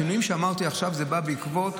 השינויים שאמרתי עכשיו באים בעקבות